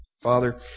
Father